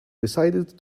decided